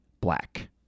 Black